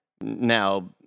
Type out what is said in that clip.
Now